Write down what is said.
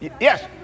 yes